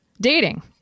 dating